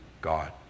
God